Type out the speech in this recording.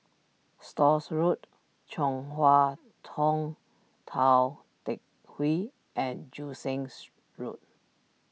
Stores Road Chong Hua Tong Tou Teck Hwee and Joo since Road